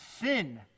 sin